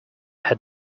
had